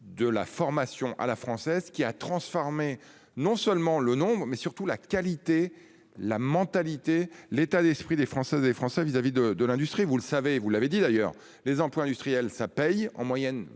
de la formation à la française qui a transformé, non seulement le nombre mais surtout la qualité la mentalité. L'état d'esprit des Françaises et Français vis à vis de, de l'industrie, vous le savez, vous l'avez dit d'ailleurs les emplois industriels ça paye